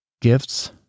Gifts